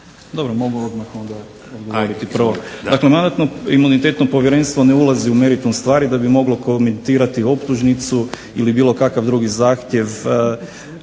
Dobro, mogu odmah onda odgovoriti prvo. Dakle, Mandatno-imunitetno povjerenstvo ne ulazi u meritum stvari da bi moglo komentirati optužnicu ili bilo kakav drugi zahtjev